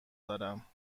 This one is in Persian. دارم